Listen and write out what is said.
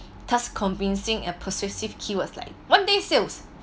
thus convincing a persuasive keywords like one day sales